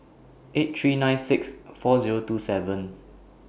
eight three nine six four Zero two seven